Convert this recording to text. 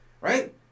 right